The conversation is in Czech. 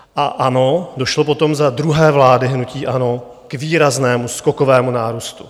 A ano, došlo potom za druhé vlády hnutí ANO k výraznému skokovému nárůstu.